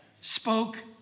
spoke